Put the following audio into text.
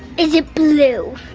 is it blue?